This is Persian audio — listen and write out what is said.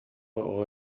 اقا